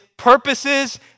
Purposes